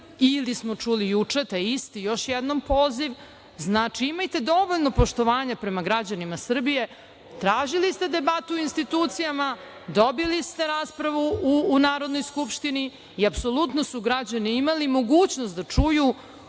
ili smo čuli juče, isti još jednom poziv. Znači, imajte dovoljno poštovanja prema građanima Srbije, tražili ste debatu u institucijama, dobili ste raspravu u Narodnoj skupštini i apsolutno su građani imali mogućnost da čuju